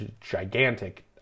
gigantic